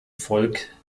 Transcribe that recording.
volk